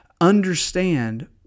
understand